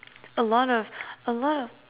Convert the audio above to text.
a lot of a lot of